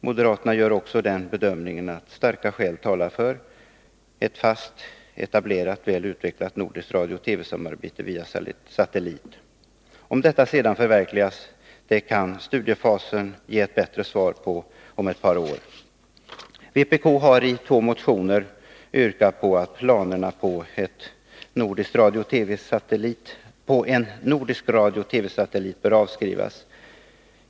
Moderaterna gör också den bedömningen att starka skäl talar för ett fast etablerat väl utvecklat nordiskt radiooch TV-samarbete via satellit. Om detta sedan förverkligas kan studiefasen ge ett bättre svar på om ett par år. Vpk har i två motioner yrkat på att planerna på en nordisk radiooch TV-satellit skall avskrivas.